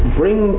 bring